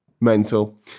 Mental